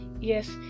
yes